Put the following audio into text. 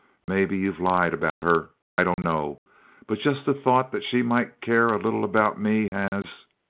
maybe you've lied about her. i dunno. but just the thought that she might care a little about me has